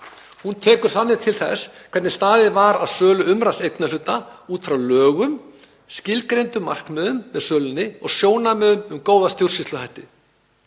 Hún tekur þannig til þess hvernig staðið var að sölu umrædds eignarhluta út frá lögum, skilgreindum markmiðum með sölunni og sjónarmiðum um góða stjórnsýsluhætti.“